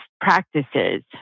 practices